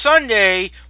Sunday